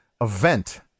event